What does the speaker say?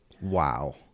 wow